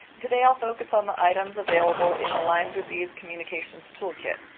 today i'll focus on the items available in the lyme disease communications toolkit.